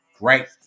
right